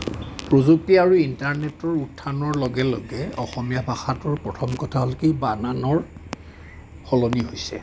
প্ৰযুক্তি আৰু ইণ্টাৰনেটৰ উত্থানৰ লগে লগে অসমীয়া ভাষাটোৰ প্ৰথম কথা হ'ল কি বানানৰ সলনি হৈছে